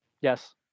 Yes